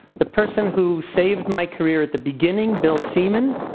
the person who saved my career at the beginning, bill semen,